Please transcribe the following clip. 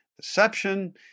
deception